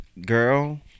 girl